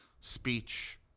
speech